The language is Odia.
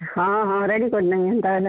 ହଁ ହଁ ରେଡ଼ି କରନେବି ହେନ୍ତା ହେଲେ